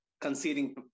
conceding